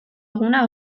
eguna